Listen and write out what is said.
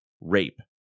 rape